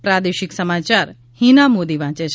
પ્રાદેશિક સમાચાર હિના મોદી વાંચે છે